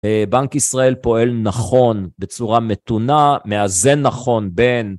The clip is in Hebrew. בנק ישראל פועל נכון, בצורה מתונה, מאזן נכון בין...